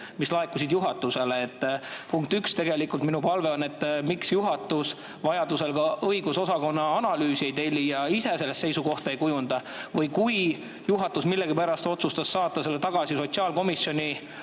mis laekusid juhatusele. Punkt üks, minu [küsimus] on, miks juhatus vajadusel õigusosakonnalt analüüsi ei telli ja ise selles seisukohta ei kujunda. Või kui juhatus millegipärast otsustas saata selle tagasi sotsiaalkomisjoni